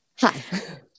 hi